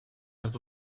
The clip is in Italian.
tutto